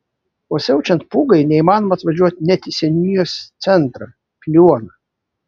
o siaučiant pūgai neįmanoma atvažiuoti net į seniūnijos centrą piliuoną